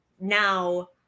now